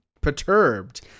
perturbed